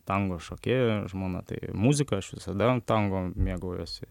tango šokėja žmona tai muzika aš visada tango mėgaujuosi